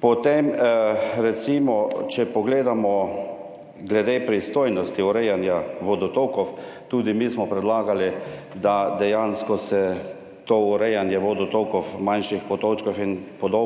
Potem recimo, če pogledamo glede pristojnosti urejanja vodotokov. Tudi mi smo predlagali, da dejansko se to urejanje vodotokov, manjših potočkov ipd.